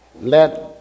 let